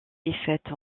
défaite